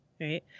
right